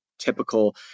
typical